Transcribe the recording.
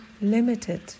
limited